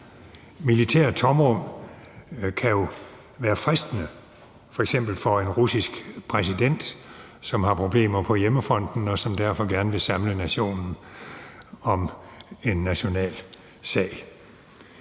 Militære tomrum kan jo være fristende, f.eks. for en russisk præsident, som har problemer på hjemmefronten, og som derfor gerne vil samle nationen om en national sag.